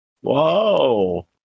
Whoa